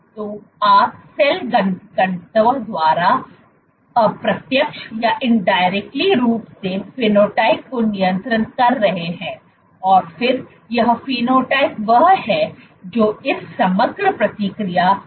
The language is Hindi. तो आप सेल घनत्व द्वारा अप्रत्यक्ष रूप से फेनोटाइप को नियंत्रित कर रहे हैं और फिर यह फेनोटाइप वह है जो इस समग्र प्रतिक्रिया को निर्धारित करता है